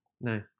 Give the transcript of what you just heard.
No